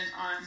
on